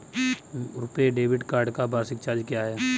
RuPay debit card का वार्षिक charge क्या है?